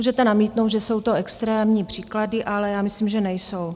Můžete namítnout, že jsou to extrémní příklady, ale myslím, že nejsou.